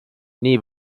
nii